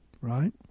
right